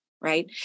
Right